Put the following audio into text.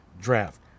draft